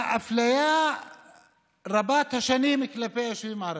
את האפליה רבת-השנים כלפי היישובים הערביים.